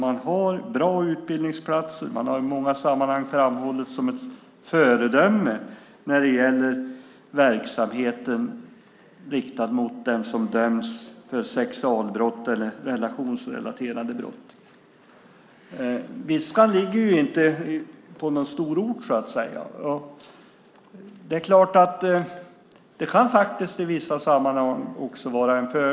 Man har bra utbildningsplatser, och man har i många sammanhang framhållits som ett föredöme när det gäller verksamhet riktad mot den som döms för sexualbrott eller relationsrelaterade brott. Viskan ligger inte på en stor ort, och det kan faktiskt vara en fördel i vissa sammanhang.